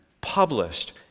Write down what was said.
published